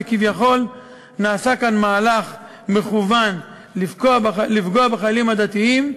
שכביכול נעשה כאן מהלך מכוון לפגוע בחיילים הדתיים,